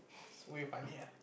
he's very funny ah